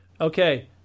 Okay